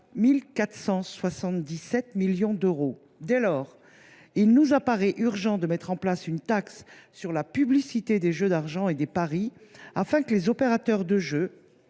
1 477 millions d’euros. Dès lors, il nous paraît urgent d’instaurer une taxe sur la publicité des jeux d’argent et de paris, afin que les opérateurs de jeux